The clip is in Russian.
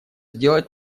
сделать